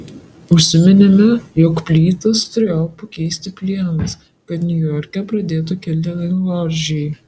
užsiminėme jog plytas turėjo pakeisti plienas kad niujorke pradėtų kilti dangoraižiai